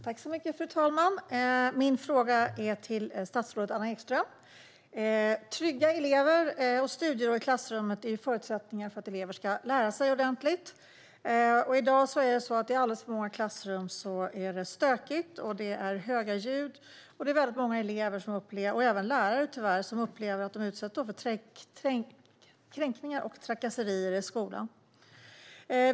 Fru talman! Jag riktar min fråga till statsrådet Anna Ekström. Trygga elever och studiero i klassrummet är förutsättningar för att elever ska lära sig ordentligt. I dag är det stökigt och höga ljudnivåer i alldeles för många klassrum. Och många elever och tyvärr även lärare upplever att de utsätts för kränkningar och trakasserier i skolan.